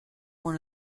one